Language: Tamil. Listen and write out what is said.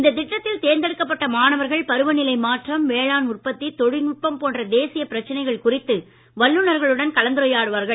இந்த திட்டத்தில் தேர்ந்தெடுக்கப்பட்ட மாணவர்கள் பருவநிலை மாற்றம் வேளாண் உற்பத்தி தொழில்நுட்பம் போன்ற தேசிய பிரச்சனைகள் குறித்து வல்லுனர்களுடன் கலந்துரையாடுவார்கள்